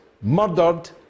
murdered